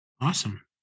Awesome